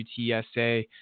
UTSA